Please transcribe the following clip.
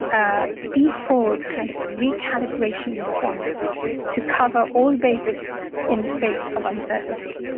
ah default kind of a recalibration response to cover all bases in the face of uncertainty